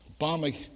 Obama